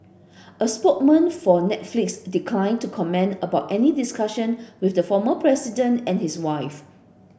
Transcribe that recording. a spokesman for Netflix declined to comment about any discussion with the former president and his wife